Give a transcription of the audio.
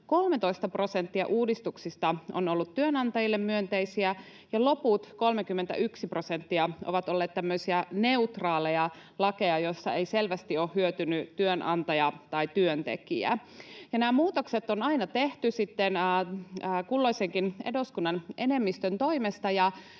uudistuksista on ollut työnantajille myönteisiä, ja loput 31 prosenttia ovat olleet tämmöisiä neutraaleja lakeja, joista ei selvästi ole hyötynyt työnantaja eikä työntekijä. Ja nämä muutokset on aina tehty sitten kulloisenkin eduskunnan enemmistön toimesta.